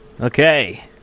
Okay